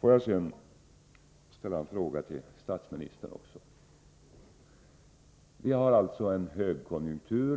Jag vill sedan ställa en fråga till statsministern. Vi har nu en högkonjunktur.